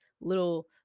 little